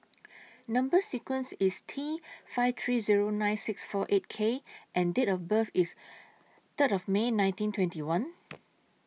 Number sequence IS T five three Zero nine six four eight K and Date of birth IS Third of May nineteen twenty one